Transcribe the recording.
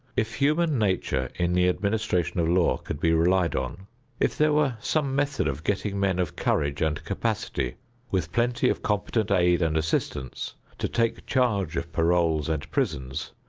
if human nature in the administration of law could be relied on if there were some method of getting men of courage and capacity with plenty of competent aid and assistance to take charge of paroles and prisons,